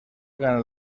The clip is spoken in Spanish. gana